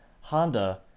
honda